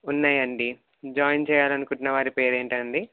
ఉన్నాయండి జాయిన్ చేయాలనుకుంటున్న వారి పేరు ఏంటండి